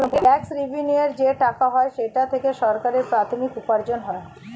tax রেভেন্যুর যে টাকা হয় সেটা থেকে সরকারের প্রাথমিক উপার্জন হয়